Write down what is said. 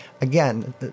again